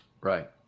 Right